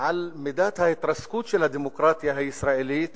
על מידת ההתרסקות של הדמוקרטיה הישראלית